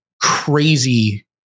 crazy